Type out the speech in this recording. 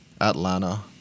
Atlanta